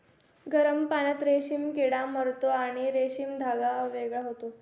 गरम पाण्यात रेशीम किडा मरतो आणि रेशीम धागा वेगळा होतो